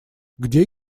где